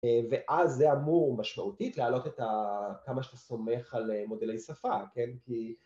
ואז זה אמור משמעותית להעלות את כמה שאתה סומך על מודלי שפה, כן, כי...